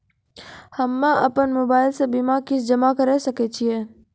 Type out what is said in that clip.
हम्मे अपन मोबाइल से बीमा किस्त जमा करें सकय छियै?